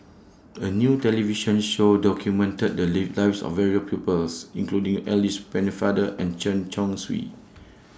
A New television Show documented The Lives of various peoples including Alice Pennefather and Chen Chong Swee